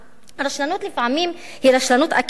הרשלנות לפעמים היא רשלנות אקטיבית,